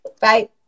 Bye